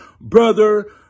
brother